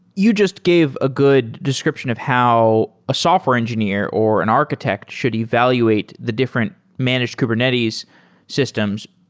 you just gave a good description of how a software engineer or an architect should evaluate the different managed kubernetes systems,